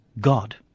God